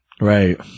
Right